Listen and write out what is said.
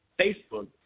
Facebook